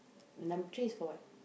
the number three is for what